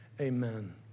amen